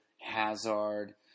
Hazard